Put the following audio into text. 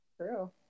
true